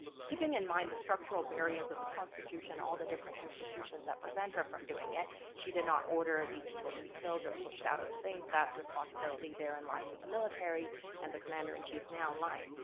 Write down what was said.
keeping in mind the structural barriers of the constitution, all the different institutions that prevent her from doing it she did not order these people to be killed or pushed out of the things. that responsibility therein lies with the military and the commander in chief, min um like